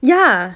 ya